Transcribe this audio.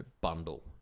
bundle